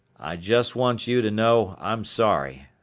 i just want you to know i'm sorry.